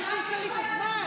מישהו עוצר לי את הזמן?